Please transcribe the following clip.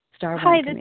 Hi